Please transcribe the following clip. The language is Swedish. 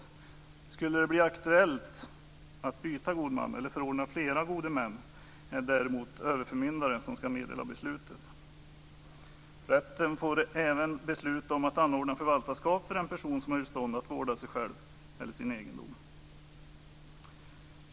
Om det skulle bli aktuellt att byta god man eller förordna flera gode män är det däremot överförmyndaren som skall meddela beslutet. Rätten får även besluta om att anordna förvaltarskap för den person som är ur stånd att vårda sig själv eller sin egendom.